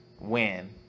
win